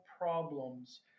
problems